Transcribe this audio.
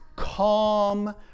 calm